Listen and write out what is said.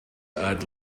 add